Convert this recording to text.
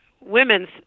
women's